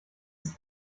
ist